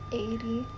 eighty